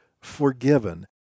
forgiven